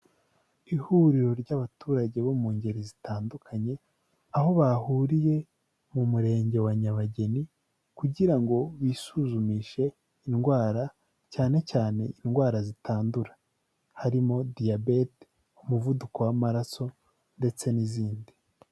Ihuriro ry'abaturage bo mu ngeri zitandukanye aho bahuriye mu murenge wa nyabageni, kugira ngo bisuzumishe indwara cyane cyane indwara zitandura harimo diyabete, umuvuduko w'amaraso ndetse n'izindi.